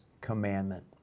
commandment